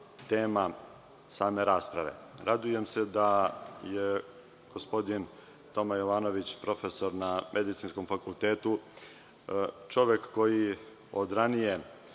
same rasprave. Radujem se da je gospodin Toma Jovanović, profesor na Medicinskom fakultetu, čovek koji od ranije